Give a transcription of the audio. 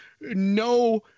no